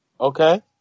Okay